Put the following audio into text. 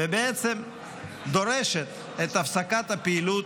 ובעצם דורשת את הפסקת הפעילות,